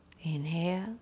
Inhale